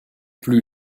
plus